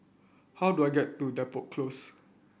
how do I get to Depot Close